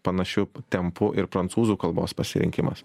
panašiu tempu ir prancūzų kalbos pasirinkimas